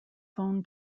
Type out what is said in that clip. phone